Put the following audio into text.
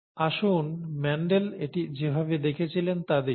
আসুন মেন্ডেল এটি যেভাবে দেখেছিলেন তা দেখি